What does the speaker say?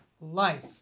life